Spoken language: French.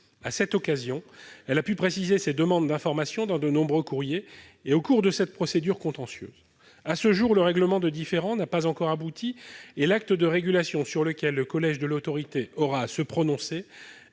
À cette occasion, elle a pu préciser ses demandes d'information dans de nombreux courriers et au cours de cette procédure contentieuse. À ce jour, le règlement de différend n'a pas encore abouti, et l'acte de régulation sur lequel le collège de l'Autorité aura à se prononcer